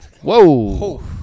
Whoa